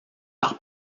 par